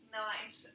nice